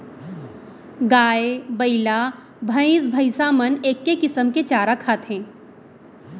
गाय, बइला, भईंस भईंसा मन एके किसम के चारा खाथें